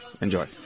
Enjoy